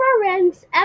reference